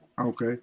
okay